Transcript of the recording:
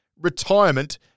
retirement